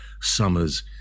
summers